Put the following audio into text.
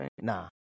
Nah